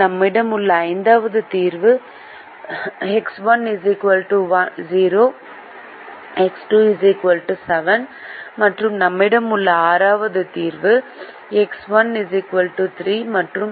நம்மிடம் உள்ள ஐந்தாவது தீர்வு எக்ஸ் 1 0 எக்ஸ் 2 7 மற்றும் நம்மிடம் உள்ள ஆறாவது தீர்வு எக்ஸ் 1 3 மற்றும் எக்ஸ் 2 4